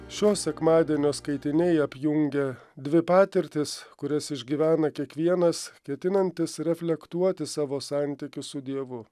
šio sekmadienio skaitiniai apjungia dvi patirtis kurias išgyvena kiekvienas ketinantis reflektuoti savo santykius su dievu